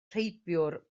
rheibiwr